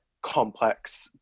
complex